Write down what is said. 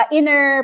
Inner